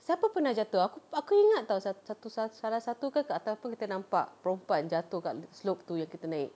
siapa pernah jatuh aku aku ingat tahu sa~ satu salah satu kan ataupun kita nampak perempuan jatuh kat slope itu yang kita naik